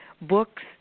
books